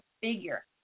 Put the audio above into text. figure